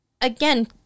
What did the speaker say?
again